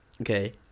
okay